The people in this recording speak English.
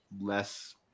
less